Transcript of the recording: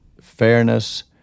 fairness